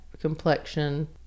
complexion